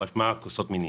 החד-פעמיים.